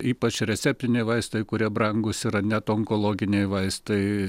ypač receptiniai vaistai kurie brangūs yra net onkologiniai vaistai